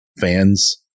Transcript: Fans